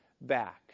back